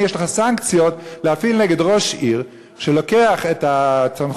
ואם יש לך סנקציות להפעיל נגד ראש עיר שלוקח את הסמכות